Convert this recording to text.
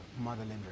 Motherland